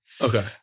Okay